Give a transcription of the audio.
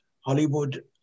Hollywood